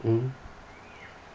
mm